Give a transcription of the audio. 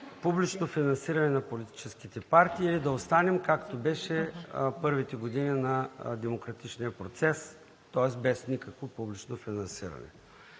публично финансиране на политическите партии, или да останем както беше в първите години на демократичния процес, тоест без никакво публично финансиране?